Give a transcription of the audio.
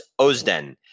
Ozden